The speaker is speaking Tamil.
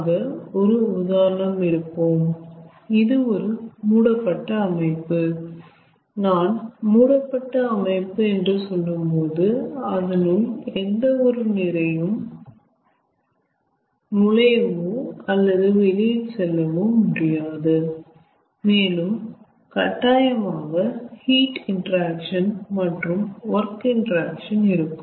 ஆக ஒரு உதாரணம் எடுப்போம் இது ஒரு மூடப்பட்ட அமைப்பு நான் மூடப்பட்ட அமைப்பு என்று சொல்லும்போது அதனுள் எந்த ஒரு நிறையும் நுழையவோ அல்லது வெளியில் செல்லவோ முடியாது மேலும் கட்டாயமாக ஹீட் இன்டெராக்சன் மற்றும் ஒர்க் இன்டராக்க்ஷன் இருக்கும்